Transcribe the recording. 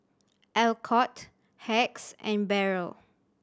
Alcott Hacks and Barrel